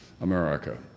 America